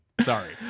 Sorry